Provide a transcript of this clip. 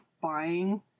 buying